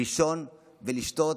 לישון ולשתות.